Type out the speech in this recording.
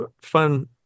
fun